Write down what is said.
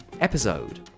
episode